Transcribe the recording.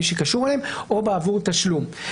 מי שקשור אליו או בעבור תשלום.